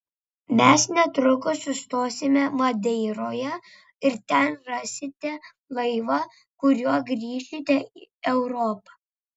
mes netrukus sustosime madeiroje ir ten rasite laivą kuriuo grįšite į europą